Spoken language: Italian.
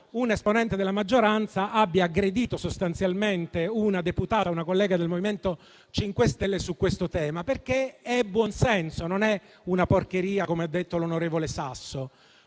un esponente della maggioranza abbia sostanzialmente aggredito una deputata, una collega del MoVimento 5 Stelle, su questo tema. È buon senso non è una porcheria, come ha detto l'onorevole Sasso.